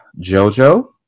JoJo